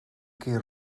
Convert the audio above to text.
kirr